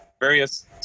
various